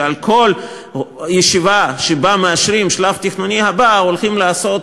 שעל כל ישיבה שבה מאשרים את השלב התכנוני הבא הולכים להוציא